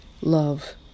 love